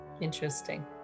Interesting